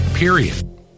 period